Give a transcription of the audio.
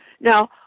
Now